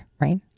right